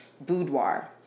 boudoir